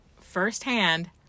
firsthand